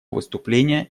выступление